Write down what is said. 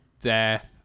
death